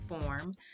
form